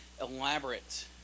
elaborate